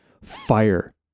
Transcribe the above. fire